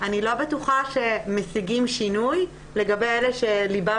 אני לא בטוחה שמשיגים שינוי לגבי אלה שליבם